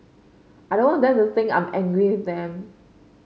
I don't want them to think I'm angry with them